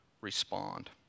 respond